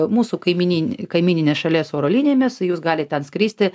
mūsų kaimynin kaimyninės šalies oro linijomis jūs galit ten skristi